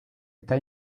está